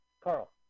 Carl